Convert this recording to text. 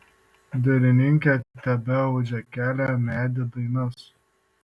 dailininkė tebeaudžia kelią medį dainas